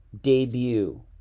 debut